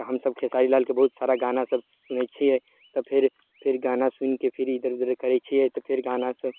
तऽ हमसब खेसारी लालके बहुत सारा गाना सब सुनै छियै तऽ फेर फेर गाना सुनिके फिर इधर उधर करै छियै तऽ फेर गाना सब